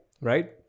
Right